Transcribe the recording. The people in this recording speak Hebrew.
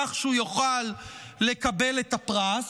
כך שיוכל לקבל את הפרס.